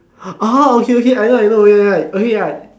ah okay okay I know I know already right okay ya